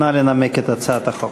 נא לנמק את הצעת החוק.